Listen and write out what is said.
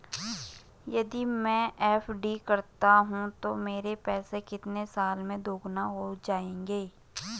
यदि मैं एफ.डी करता हूँ तो मेरे पैसे कितने साल में दोगुना हो जाएँगे?